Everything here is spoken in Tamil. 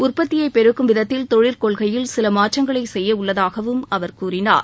உற்பத்தியை பெருக்கும் விதத்தில் தொழில் கொள்கையில் சில மாற்றங்களை செய்ய உள்ளதாகவும் அவர் கூறினார்